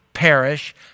perish